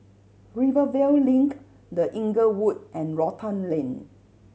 Rivervale Link The Inglewood and Rotan Lane